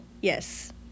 yes